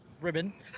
ribbon